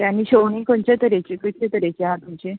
आनी शेवणीं खंयच्या तरेचीं कसले तरेचीं आहा तुमचीं